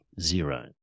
zero